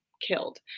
killed